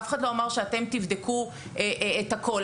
אף אחד לא אמר שאתם תבדקו את הכול.